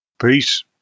Peace